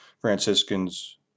Franciscans